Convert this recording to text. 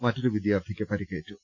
മറ്റൊരു വിദ്യാർത്ഥിക്ക് പരിക്കേറ്റു